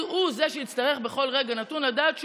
הוא זה שיצטרך בכל רגע נתון לדעת שהוא,